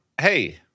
Hey